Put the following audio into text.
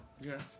Yes